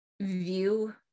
view